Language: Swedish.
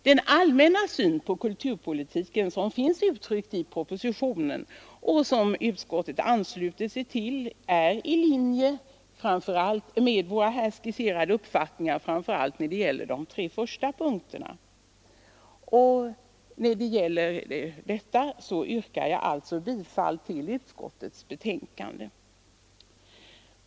Den allmänna syn på kulturpolitiken som finns uttryckt i propositionen och som utskottet anslutit sig till är i linje med våra här skisserade uppfattningar, framför allt när det gäller de tre första punkterna, och på de punkterna yrkar jag bifall till utskottets betänkande.